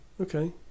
okay